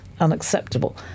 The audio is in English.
unacceptable